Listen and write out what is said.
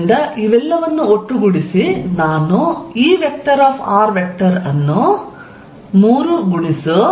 ಆದ್ದರಿಂದ ಇವೆಲ್ಲವನ್ನೂ ಒಟ್ಟುಗೂಡಿಸಿ ನಾನು Er ಅನ್ನು 3p